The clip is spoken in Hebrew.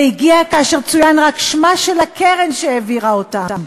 זה הגיע רק כאשר צוין שמה של הקרן שהעבירה אותם,